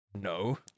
No